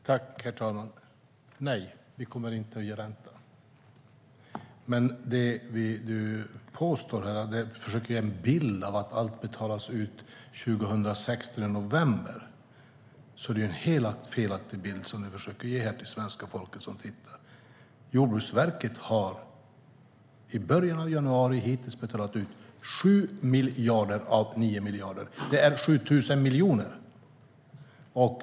Herr talman! Nej, vi kommer inte att ge någon ränta. Magnus Oscarsson försöker här ge en bild av att allt betalas ut i november 2016. Det är en helt felaktig bild som han försöker ge till svenska folket. Jordbruksverket har hittills i början av januari betalat ut 7 av 9 miljarder. Det är 7 000 miljoner.